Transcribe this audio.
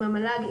עם המל"ג,